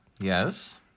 Yes